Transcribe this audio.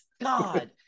God